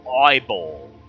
Eyeball